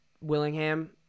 Willingham